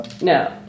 No